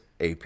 AP